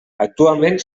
actualment